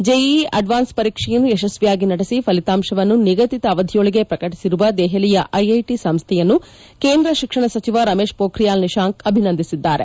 JEE advanced ಪರೀಕ್ಷೆಯನ್ನು ಯಶಸ್ವಿಯಾಗಿ ನಡೆಸಿ ಫಲಿತಾಂಶವನ್ನು ನಿಗದಿತ ಅವಧಿಯೊಳಗೆ ಪ್ರಕಟಿಸಿರುವ ದೆಹಲಿಯ ಐಐಟಿ ಸಂಸ್ವೆಯನ್ನು ಕೇಂದ್ರ ಶಿಕ್ಷಣ ಸಚಿವ ರಮೇಶ್ ಮೋಖ್ರಿಯಾಲ್ ನಿಶಾಂಕ್ ಅಭಿನಂದಿಸಿದ್ದಾರೆ